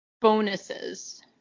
bonuses